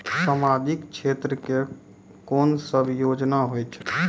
समाजिक क्षेत्र के कोन सब योजना होय छै?